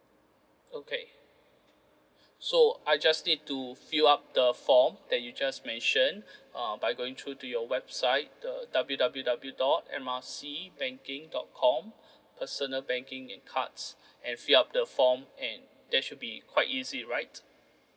okay so I just need to fill up the form that you just mentioned uh by going through to your website the W_W_W dot M R C banking dot com personal banking and cards and fill up the form and that should be quite easy right